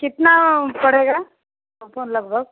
कितना पड़ेगा लगभग लगभग